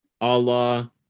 Allah